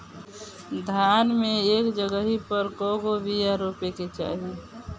धान मे एक जगही पर कएगो बिया रोपे के चाही?